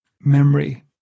memory